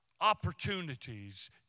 opportunities